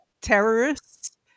terrorists